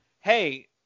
Hey